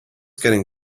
getting